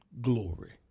glory